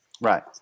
right